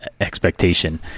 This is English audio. expectation